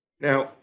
Now